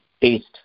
taste